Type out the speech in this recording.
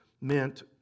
meant